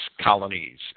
colonies